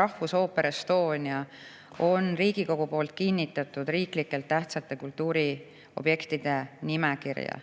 Rahvusooper Estonia on Riigikogus kinnitatud riiklikult tähtsate kultuuriobjektide nimekirja.